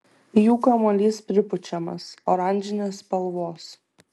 jų kamuolys pripučiamas oranžinės spalvos